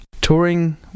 touring